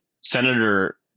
Senator